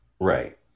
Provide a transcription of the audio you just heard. Right